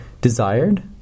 desired